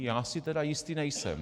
Já si tedy jistý nejsem.